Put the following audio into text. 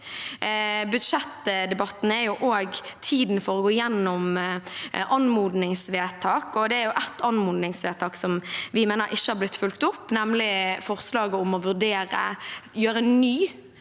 Budsjettdebatten er også tiden for å gå gjennom anmodningsvedtak, og det er et anmodningsvedtak som vi mener ikke har blitt fulgt opp, nemlig forslaget om å gjøre en